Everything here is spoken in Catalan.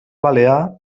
balear